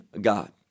God